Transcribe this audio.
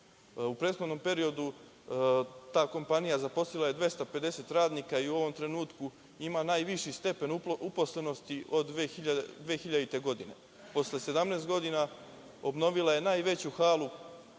U prethodnom periodu ta kompanija zaposlila je 250 radnika i u ovom trenutku ima najviši stepen uposlenosti od 2000. godine. Posle 17 godina obnovila je najveću halu